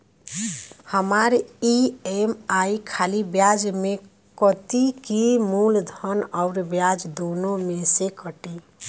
हमार ई.एम.आई खाली ब्याज में कती की मूलधन अउर ब्याज दोनों में से कटी?